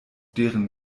deren